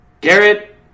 Garrett